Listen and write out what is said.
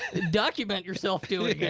document yourself doing it,